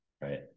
right